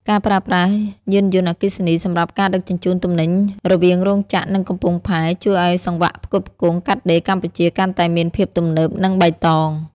ការប្រើប្រាស់យានយន្តអគ្គិសនីសម្រាប់ការដឹកជញ្ជូនទំនិញរវាងរោងចក្រ និងកំពង់ផែ ជួយឱ្យសង្វាក់ផ្គត់ផ្គង់កាត់ដេរកម្ពុជាកាន់តែមានភាពទំនើប និងបៃតង។